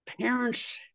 parents